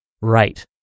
Right